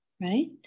right